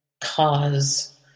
cause